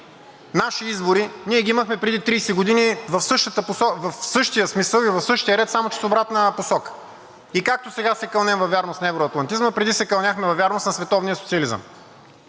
наши избори, ние ги имахме преди 30 години в същия смисъл и в същия ред, само че с обратна посока. И както сега се кълнем във вярност на евроатлантизма, преди се кълняхме във вярност на световния социализъм